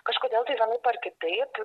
kažkodėl tai vienaip ar kitaip